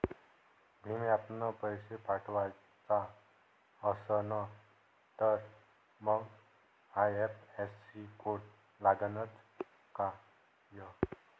भीम ॲपनं पैसे पाठवायचा असन तर मंग आय.एफ.एस.सी कोड लागनच काय?